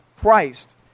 Christ